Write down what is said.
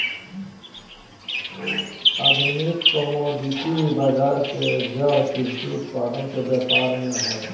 आधुनिक कमोडिटी बजार के जड़ कृषि उत्पाद के व्यापार में हइ